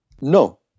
No